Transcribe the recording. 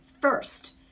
first